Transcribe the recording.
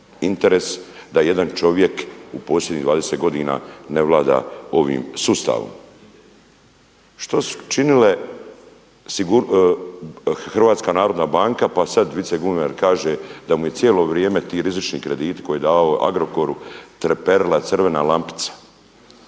da jedan čovjek u posljednjih 20 godina ne vlada ovim sustavom? Što su činile Hrvatska narodna banka, pa sada viceguverner kaže da mu je cijelo vrijeme ti rizični krediti koje je davao Agrokoru treperila crvena lampica?